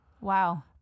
wow